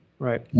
Right